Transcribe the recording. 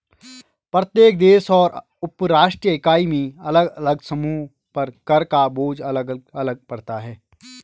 प्रत्येक देश और उपराष्ट्रीय इकाई में अलग अलग समूहों पर कर का बोझ अलग अलग पड़ता है